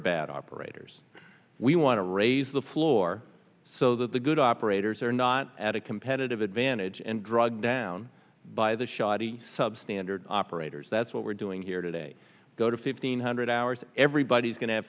bad operators we want to raise the floor so that the good operators are not add a competitive advantage and drug down by the shoddy sub standard operators that's what we're doing here today go to fifteen hundred hours everybody's going to have